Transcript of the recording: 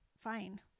fine